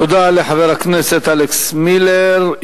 תודה לחבר הכנסת אלכס מילר.